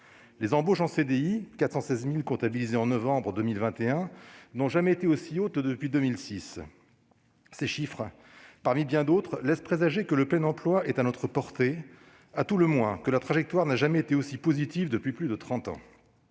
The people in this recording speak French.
Les embauches en CDI, 416 000 comptabilisées en novembre 2021, n'ont jamais été aussi hautes depuis 2006. Ces chiffres, parmi bien d'autres, laissent présager que le plein emploi est à notre portée, à tout le moins que la trajectoire n'a jamais été aussi positive depuis plus de trente